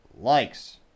likes